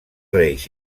reis